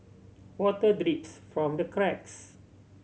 water drips from the cracks